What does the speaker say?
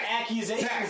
accusations